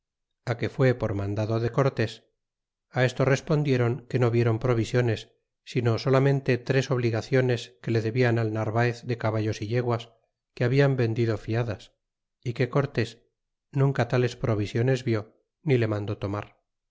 cobrar que fué por mandado de cortés fi esto respondiéron que no vieron provisiones sino solamente tres obligacionos que le debian al nar vaez de caballos a yeguas que habia vendido fiadas é que cortés nunca tales provisiones vió ni le mandó tomar